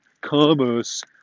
commerce